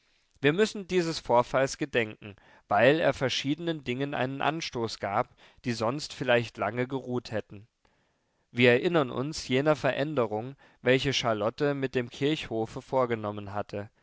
wir müssen dieses vorfalls gedenken weil er verschiedenen dingen einen anstoß gab die sonst vielleicht lange geruht hätten wir erinnern uns jener veränderung welche charlotte mit dem kirchhofe vorgenommen hatte